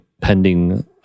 pending